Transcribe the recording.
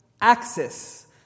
access